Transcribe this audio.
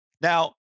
Now